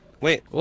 wait